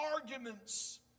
arguments